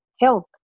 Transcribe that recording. health